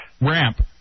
Ramp